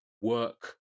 work